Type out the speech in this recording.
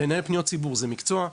לנהל פניות ציבור זה מקצוע.